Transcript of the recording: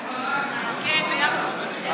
כספים, כספים?